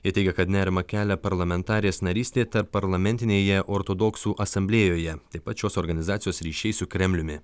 jie teigia kad nerimą kelia parlamentarės narystė tarpparlamentinėje ortodoksų asamblėjoje taip pat šios organizacijos ryšiai su kremliumi